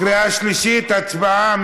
קריאה שלישית, הצבעה.